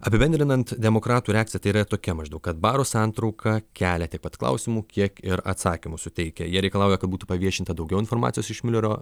apibendrinant demokratų reakciją tai yra ir tokia maždaug kad baro santrauka kelia tiek pat klausimų kiek ir atsakymų suteikia jie reikalauja kad būtų paviešinta daugiau informacijos iš miulerio